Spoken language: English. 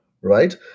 right